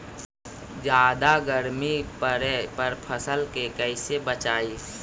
जादा गर्मी पड़े पर फसल के कैसे बचाई?